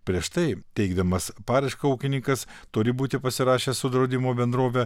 prieš tai teikdamas paraišką ūkininkas turi būti pasirašęs su draudimo bendrove